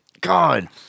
God